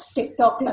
TikTok